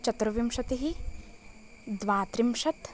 चतुर्विंशतिः द्वात्रिंशत्